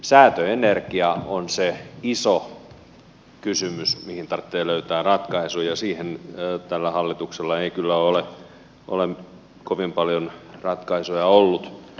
säätöenergia on se iso kysymys mihin tarvitsee löytää ratkaisu ja siihen tällä hallituksella ei kyllä ole kovin paljon ratkaisuja ollut